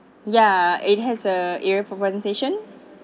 ya it has a ear for presentation